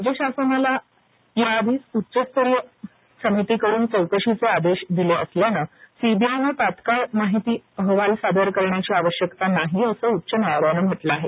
राज्य शासनाला याआधी आधीच उच्चस्तरीय समितीकडून चौकशीचे आदेश दिले असल्याने सीबीआय तात्काळ प्राथमिक माहिती अहवाल सादर करण्याची आवश्यकता नाही असं उच्च न्यायालयाने म्हटले आहे